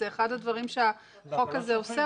זה אחד הדברים שהחוק הזה עושה,